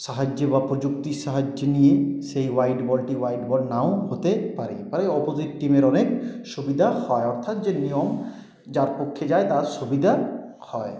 সাহায্যে বা প্রযুক্তির সাহায্য নিয়ে সেই ওয়াইড বলটি ওয়াইড বল নাও হতে পারে অপোজিট টিমের অনেক সুবিধা হয় অর্থাৎ যে নিয়ম যার পক্ষে যায় তার সুবিধা হয়